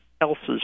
else's